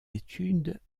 études